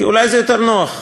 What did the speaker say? כי אולי זה יותר נוח.